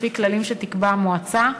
לפי כללים שתקבע המועצה,